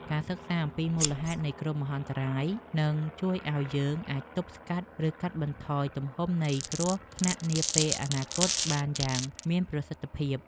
ការសិក្សាអំពីមូលហេតុនៃគ្រោះមហន្តរាយនឹងជួយឱ្យយើងអាចទប់ស្កាត់ ឬកាត់បន្ថយទំហំនៃគ្រោះថ្នាក់នាពេលអនាគតបានយ៉ាងមានប្រសិទ្ធភាព។